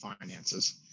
finances